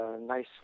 nice